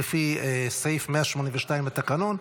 לפי סעיף 182 לתקנון.